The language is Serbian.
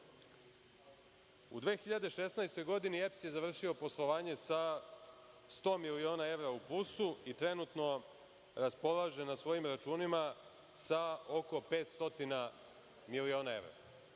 2016. godini EPS je završio poslovanje sa 100 miliona evra u plusu i trenutno raspolaže na svojim računima sa oko pet stotina miliona evra.